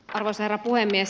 arvoisa herra puhemies